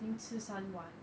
已经吃三碗